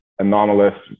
anomalous